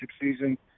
season